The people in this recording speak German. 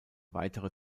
weitere